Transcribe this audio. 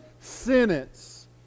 sentence